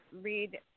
read